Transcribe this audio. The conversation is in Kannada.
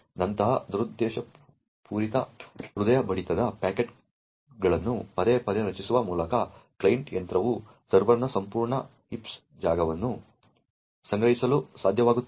ಅಂತಹ ದುರುದ್ದೇಶಪೂರಿತ ಹೃದಯ ಬಡಿತದ ಪ್ಯಾಕೆಟ್ಗಳನ್ನು ಪದೇ ಪದೇ ರಚಿಸುವ ಮೂಲಕ ಕ್ಲೈಂಟ್ ಯಂತ್ರವು ಸರ್ವರ್ನ ಸಂಪೂರ್ಣ ಹೀಪ್ಸ್ ಜಾಗವನ್ನು ಸಂಗ್ರಹಿಸಲು ಸಾಧ್ಯವಾಗುತ್ತದೆ